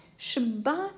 Shabbat